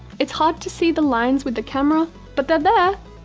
it's hard to see the lines with the camera but they're there!